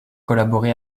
collaboré